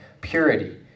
purity